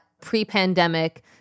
pre-pandemic